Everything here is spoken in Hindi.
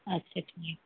अच्छा ठीक है